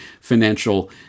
financial